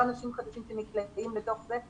אתם לא אנשים חדשים שנקלעים לתוך זה.